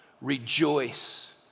rejoice